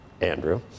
Andrew